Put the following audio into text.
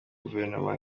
guverinoma